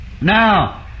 Now